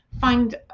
find